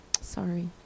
Sorry